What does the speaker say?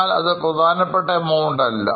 എന്നാൽ അത്പ്രധാനപ്പെട്ട amount അല്ല